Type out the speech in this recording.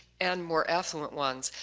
and more affluent ones.